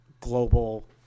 global